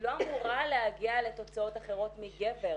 לא אמורה להגיע לתוצאות אחרות מגבר,